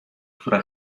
która